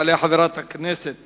תעלה חברת הכנסת